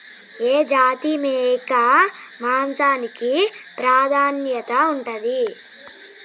ఏ జాతి మేక మాంసానికి ప్రాధాన్యత ఉంటది?